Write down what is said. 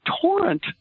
torrent